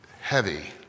heavy